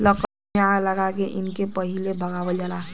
लकड़ी में आग लगा के इनके पहिले भगावल जाला